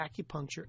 acupuncture